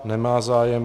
Nemá zájem.